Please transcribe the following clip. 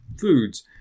foods